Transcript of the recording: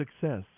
success